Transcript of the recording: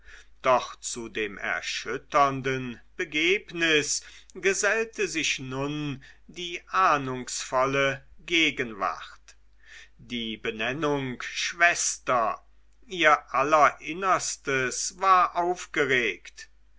doch zu dem erschütternden begebnis gesellte sich nun die ahnungsvolle gegenwart die benennung schwester ihr allerinnerstes war aufgeregt